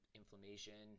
inflammation